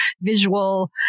visual